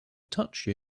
touched